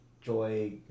Joy